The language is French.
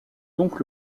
donc